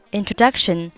introduction